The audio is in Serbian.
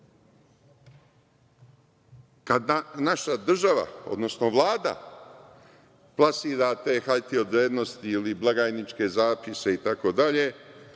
naša država, odnosno Vlada plasira te hartije od vrednosti ili blagajničke zapise itd,